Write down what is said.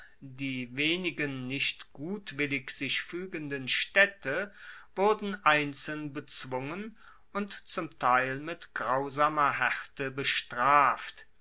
die wenigen nicht gutwillig sich fuegenden staedte wurden einzeln bezwungen und zum teil mit grausamer haerte bestraft